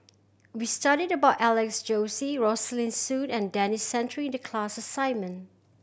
we studied about Alex Josey Rosaline Soon and Denis Santry in the class assignment